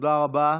תודה רבה.